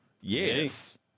yes